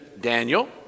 Daniel